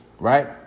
Right